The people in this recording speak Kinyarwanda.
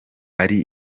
ari